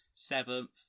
Seventh